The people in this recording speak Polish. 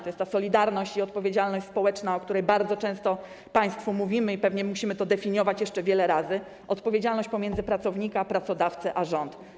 To jest ta solidarność i odpowiedzialność społeczna, o której bardzo często państwu mówimy, i pewnie musimy to definiować jeszcze wiele razy, odpowiedzialność rozłożona pomiędzy pracownika, pracodawcę i rząd.